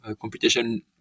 computation